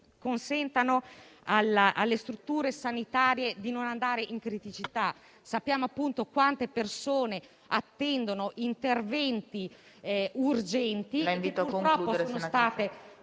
consentano alle strutture sanitarie di non andare in criticità. Sappiamo quante persone attendono interventi urgenti, che purtroppo sono stati